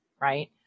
right